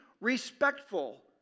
respectful